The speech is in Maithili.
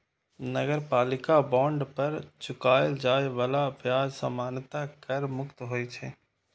नगरपालिका बांड पर चुकाएल जाए बला ब्याज सामान्यतः कर मुक्त होइ छै